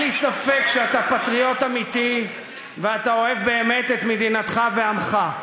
אין לי ספק שאתה פטריוט אמיתי ואתה אוהב באמת את מדינתך ועמך,